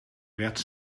werd